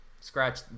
scratch